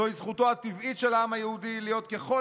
זוהי זכותו הטבעית של העם היהודי להיות ככל